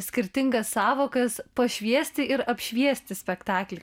skirtingas sąvokas pašviesti ir apšviesti spektaklį